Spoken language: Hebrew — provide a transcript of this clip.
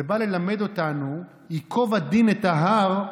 זה בא ללמד אותנו "יקוב הדין את ההר",